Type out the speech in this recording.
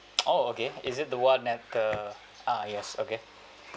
oh okay is it the one at the ah yes okay